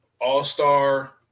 All-star